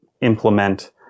implement